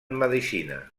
medicina